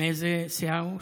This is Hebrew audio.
מאיזו סיעה הוא?